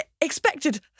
expected